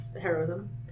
heroism